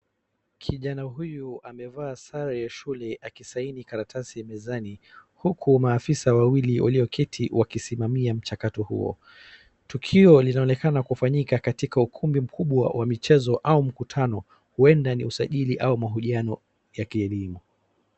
Kijana huyu amevaa sare ya shule akisaini karatasi mezani, huku maafisa wawili walioketi wakisimamia mchakato huo. Tukio linaonekana kufanyika katika ukumbi mkubwa wa michezo au mkutano. Huenda ni usajili au mahojiano ya kielimu.